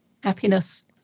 happiness